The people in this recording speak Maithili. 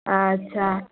अच्छा